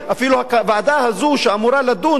אפילו הוועדה הזאת שאמורה לדון בתוך